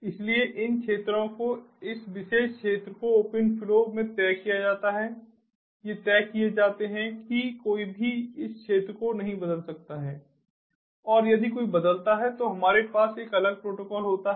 इसलिए इन क्षेत्रों को इस विशेष क्षेत्र को ओपन फ्लो में तय किया जाता है ये तय किए जाते हैं कि कोई भी इस क्षेत्र को नहीं बदल सकता है और यदि कोई बदलता है तो हमारे पास एक अलग प्रोटोकॉल होता है